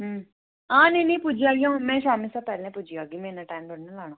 आं नेईं पुज्जी जानी ऐ फ्ही शामीं कशा पैह्लें पुज्जी जाह्गी में इन्ना टाईम नन्ना लाना